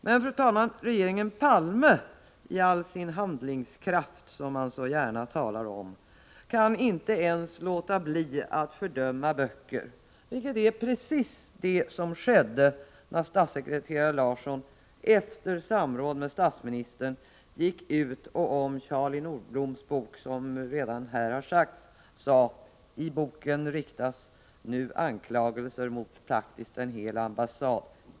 Men, fru talman, regeringen Palme kan i all sin handlingskraft, som man så gärna talar om, inte låta bli att fördöma böcker, vilket är precis vad som skedde när statssekreterare Larsson efter samråd med statsministern gick ut och om Charlie Nordbloms bok sade: ”I boken riktas nu anklagelser mot praktiskt taget en hel ambassad.